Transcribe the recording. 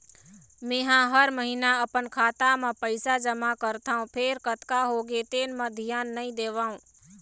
मेंहा हर महिना अपन खाता म पइसा जमा करथँव फेर कतका होगे तेन म धियान नइ देवँव